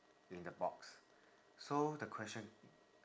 in a box so the question